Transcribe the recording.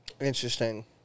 Interesting